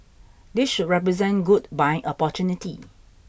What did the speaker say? this should represent good buying opportunity